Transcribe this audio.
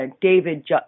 David